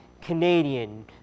Canadian